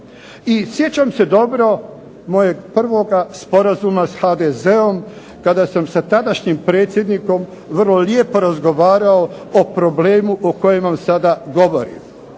I sjećam se dobro, mojeg prvoga sporazuma s HDZ-om kada sam sa tadašnjim predsjednikom vrlo lijepo razgovarao o problemu o kojem vam sada govorim.